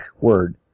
word